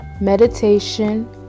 meditation